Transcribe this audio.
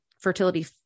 fertility